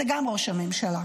זה גם ראש הממשלה.